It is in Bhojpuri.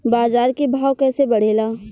बाजार के भाव कैसे बढ़े ला?